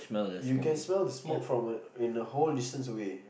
you can smell the smoke from a in the whole distance away